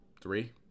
three